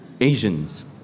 Asians